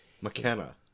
McKenna